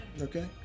Okay